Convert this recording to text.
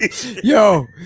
yo